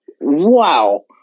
Wow